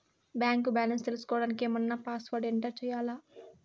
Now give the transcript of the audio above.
Bank balance తెలుసుకోవడానికి ఏమన్నా password enter చేయాలా?